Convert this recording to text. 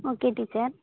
okay teacher